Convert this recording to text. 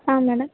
ಹಾಂ ಮೇಡಮ್